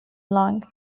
long